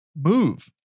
move